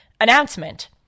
announcement